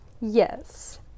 Yes